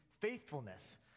faithfulness